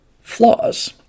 flaws